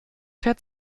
fährt